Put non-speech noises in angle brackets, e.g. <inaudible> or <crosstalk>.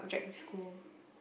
<breath>